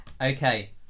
Okay